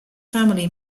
family